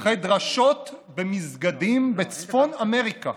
אחרי דרשות במסגדים בצפון אמריקה